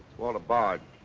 walter bard.